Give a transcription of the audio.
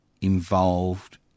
involved